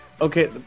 Okay